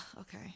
okay